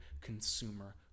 consumer